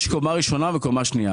יש קומה ראשונה וקומה שנייה.